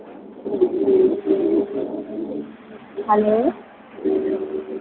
hello